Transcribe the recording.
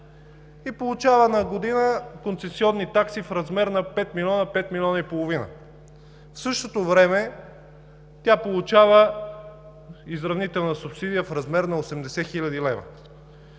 и получава на година концесионни такси в размер на 5 милиона – 5 милиона и половина. В същото време тя получава изравнителна субсидия в размер на 80 хил. лв.